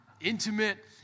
intimate